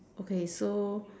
okay so